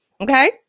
Okay